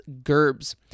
Gerbs